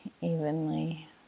evenly